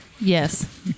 Yes